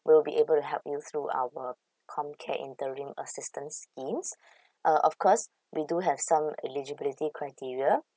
we'll be able to help you through our comcare interim assistance schemes uh of course we do have some eligibility criteria